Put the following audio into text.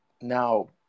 now